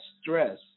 stress